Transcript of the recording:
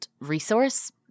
resource